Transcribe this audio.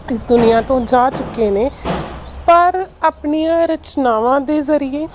ਇਸ ਦੁਨੀਆਂ ਤੋਂ ਜਾ ਚੁੱਕੇ ਨੇ ਪਰ ਆਪਣੀਆਂ ਰਚਨਾਵਾਂ ਦੇ ਜ਼ਰੀਏ